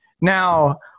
Now